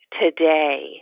today